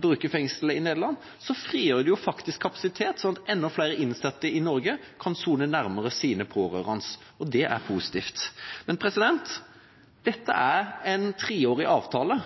bruker fengslet i Nederland, så frigjør en jo faktisk kapasitet slik at enda flere innsatte i Norge kan sone nærmere sine pårørende, og det er positivt. Dette er i utgangspunktet en treårig avtale,